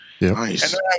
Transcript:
Nice